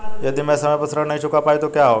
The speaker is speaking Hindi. यदि मैं समय पर ऋण नहीं चुका पाई तो क्या होगा?